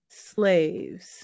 slaves